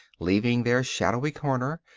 leaving their shadowy corner,